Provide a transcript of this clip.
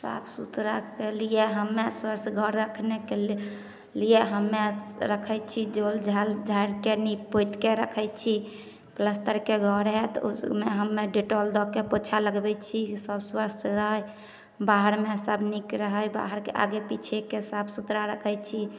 साफ सुथराके लिए हमे स्वच्छ घर रखनेके ले लिए हमे रखै छी जे झोल झाल झाड़िके नीपि पोतिके रखै छी पलस्तरके घर हइ तऽ उसमे हमे डेटॉल दऽ कऽ पोछा लगबै छी जे सभ स्वच्छ रहै बाहरमे सभ नीक रहै बाहरके आगे पीछेके साफ सुथरा रखै छी